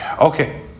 Okay